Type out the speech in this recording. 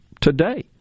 today